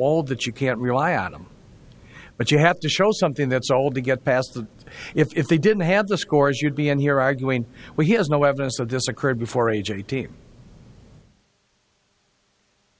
all that you can't rely on them but you have to show something that's old to get past the if they didn't have the scores you'd be on here arguing where he has no evidence of this occurred before age eighteen